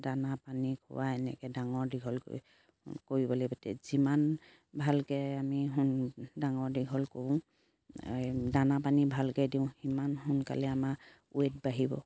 দানা পানী খুৱাই এনেকে ডাঙৰ দীঘল কৰিব লাগিব যিমান ভালকে আমি ডাঙৰ দীঘল কৰোঁ দানা পানী ভালকে দিওঁ সিমান সোনকালে আমাৰ ৱেট বাঢ়িব